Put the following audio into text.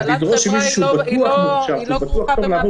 הפעלת חברה לא כרוכה במעבר